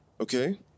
okay